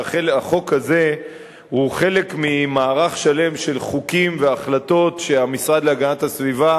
שהחוק הזה הוא חלק ממערך שלם של חוקים והחלטות שהמשרד להגנת הסביבה,